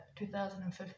2015